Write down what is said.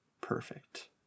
perfect